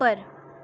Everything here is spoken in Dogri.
उप्पर